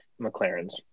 McLarens